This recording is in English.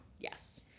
Yes